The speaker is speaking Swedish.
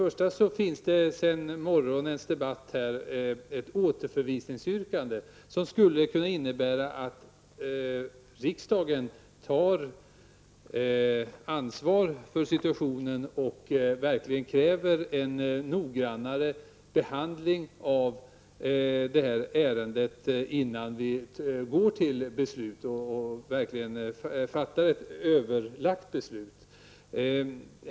Först och främst finns det i den här debatten sedan i morse ett återförvisningsyrkande, som skulle kunna innebära att riksdagen tar ansvar för situationen och således verkligen kräver en noggrannare behandling av det här ärendet innan vi fattar ett verkligt överlagt beslut.